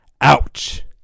Ouch